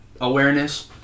awareness